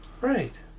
right